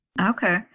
Okay